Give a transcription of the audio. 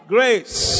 Grace